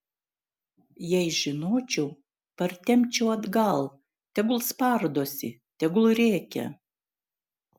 jei žinočiau partempčiau atgal tegul spardosi tegul rėkia